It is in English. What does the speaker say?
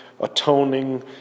atoning